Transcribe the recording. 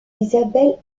isabelle